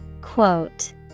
Quote